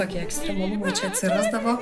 tokie ekstremalumai čia atsirasdavo